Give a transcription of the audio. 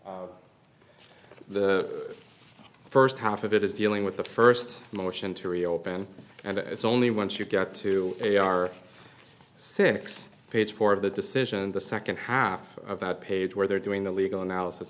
case the first half of it is dealing with the first motion to reopen and it's only once you get to a r six page four of the decision the second half of that page where they're doing the legal analysis